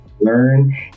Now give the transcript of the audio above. learn